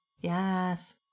Yes